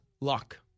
luck